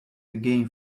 again